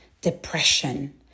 depression